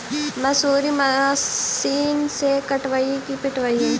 मसुरी मशिन से कटइयै कि पिटबै?